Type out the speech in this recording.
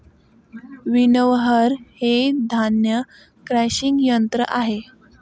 winnower हे धान्य crushing यंत्र आहे